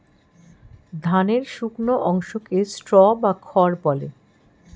ধানের শুকনো অংশকে স্ট্র বা খড় বলে